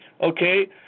okay